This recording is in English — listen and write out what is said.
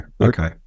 okay